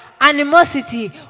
animosity